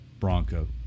bronco